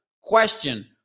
question